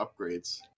upgrades